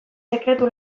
sekretu